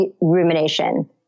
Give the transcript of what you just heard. rumination